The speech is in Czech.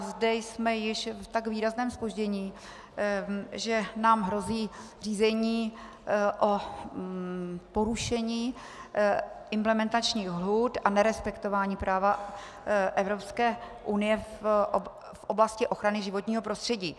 Zde jsme již v tak výrazném zpoždění, že nám hrozí řízení o porušení implementačních lhůt a nerespektování práva Evropské unie v oblasti ochrany životního prostředí.